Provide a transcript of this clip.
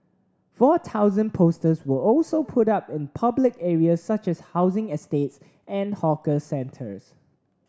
four thousand posters were also put up in public areas such as housing estates and hawker centres